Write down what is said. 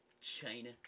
China